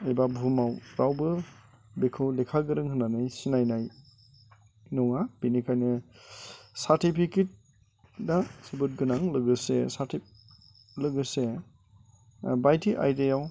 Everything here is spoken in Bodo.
एबा बुहुमाव रावबो बेखौ लेखा गोरों होननानै सिनायनाय नङा बिनिखायनो सार्टिफिकेटआ जोबोद गोनां लोगोसे लोगोसे बायदि आयदायाव